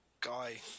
guy